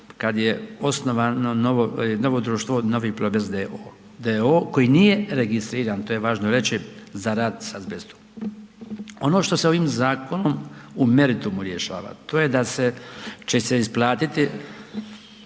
kad je osnovano novo, novo društvo, novi Plobest d.o.o. koji nije registriran, to je važno reći za rad s azbestom. Ono što se ovim zakonom u meritumu rješava to je da će se isplatiti